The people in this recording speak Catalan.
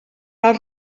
cal